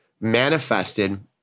manifested